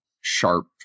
sharp